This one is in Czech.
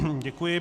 Děkuji.